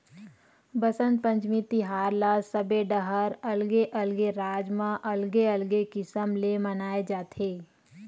बसंत पंचमी तिहार ल सबे डहर अलगे अलगे राज म अलगे अलगे किसम ले मनाए जाथे